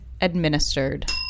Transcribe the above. administered